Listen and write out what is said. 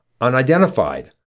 unidentified